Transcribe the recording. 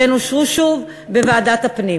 והן אושרו שוב בוועדת הפנים.